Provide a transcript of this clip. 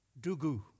Dugu